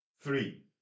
Three